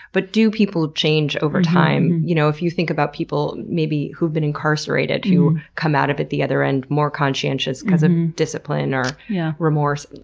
but do people change over time? you know, if you think about people, maybe who've been incarcerated, who come out of it the other end more conscientious because of discipline or yeah remorse.